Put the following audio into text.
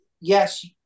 yes